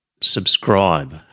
subscribe